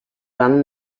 run